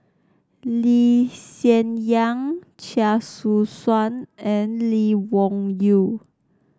Lee Hsien Yang Chia Choo Suan and Lee Wung Yew